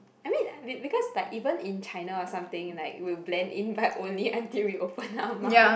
I mean be~ because like even in China or something like we'll blend in but only until we open our mouth